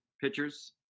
pitchers